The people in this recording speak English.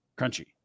crunchy